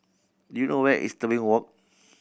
do you know where is Tebing Walk